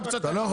זה לא מה שגורם,